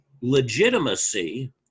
legitimacy